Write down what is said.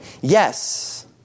Yes